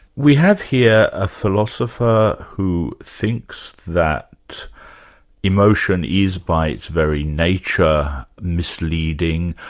we have here a philosopher who thinks that emotion is by its very nature, misleading,